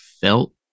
felt